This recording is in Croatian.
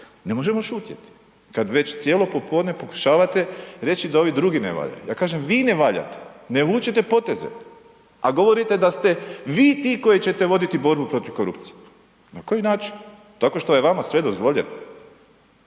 ne možemo šutjeti, kada već cijelo popodne pokušavate reći da ovi drugi ne valjaju. Ja kažem, vi ne valjate, ne vučete poteze, a govorite da ste vi ti koji ćete voditi borbu protiv korupcije. Na koji način? Tako što je vama sve dozvoljeno.